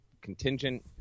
contingent